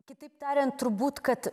kitaip tariant turbūt kad